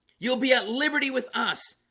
you'll be at liberty with us.